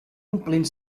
omplint